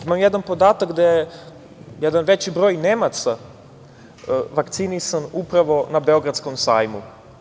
Imam jedan podatak gde je jedan veći broj Nemaca vakcinisan upravo na beogradskom sajmu.